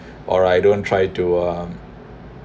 or I don't try to um